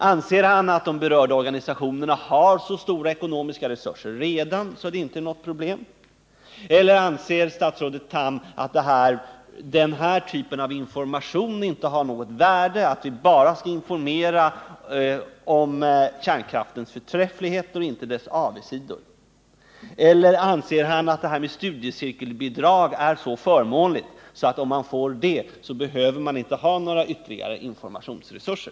Anser han att de berörda organisationerna redan har så stora ekonomiska resurser att det hela inte är något problem? Eller anser statsrådet Tham att den här typen av information inte har något värde, att vi bara skall informera om kärnkraftens förträfflighet och inte om dess avigsidor? Eller anser han att studiecirkelbidraget är så förmånligt att organisationerna, om de får det, inte behöver ha ytterligare informationsresurser?